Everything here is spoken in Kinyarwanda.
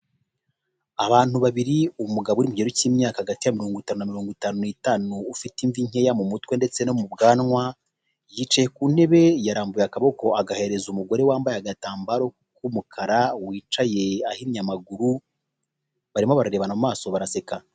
Abantu babiri umugabo w'ikigero cy'imyaka hagati mirongo itanu na mirongo itanu n'itanu ufite imvi nkeya, mu mutwe ndetse no mu bwanwa yicaye ku ntebe yarambuye akaboko agahereza umugore wambaye agatambaro k'umukara wicaye ahinnye amaguru barimo barebana maso baraseka.